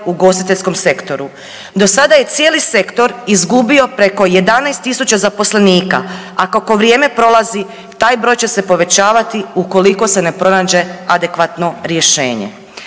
ugostiteljskom sektoru. Do sada je cijeli sektor izgubio preko 11.000 zaposlenika, a kako vrijeme prolazi taj broj će se povećavati ukoliko se ne pronađe adekvatno rješenje.